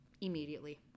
Immediately